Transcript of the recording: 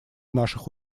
наших